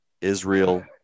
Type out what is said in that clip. Israel –